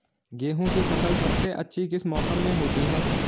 गेंहू की फसल सबसे अच्छी किस मौसम में होती है?